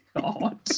God